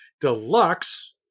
Deluxe